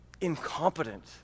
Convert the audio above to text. incompetent